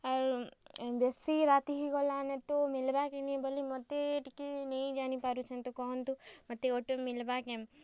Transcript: ଆର୍ ବେଶୀ ରାତି ହେଇ ଗଲାନେ ତ ମିଲ୍ବା କି ନି ବୋଲି ମୋତେ ଟିକେ ନେଇ ଜାନି ପାରୁଛେଁ ତ କହନ୍ତୁ ମୋତେ ଅଟୋ ମିଲ୍ବା କେନ୍